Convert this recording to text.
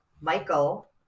Michael